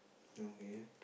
okay